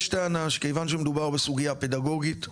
יש טענה, שכיוון שמדובר בסוגייה פדגוגית,